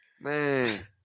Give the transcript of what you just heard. Man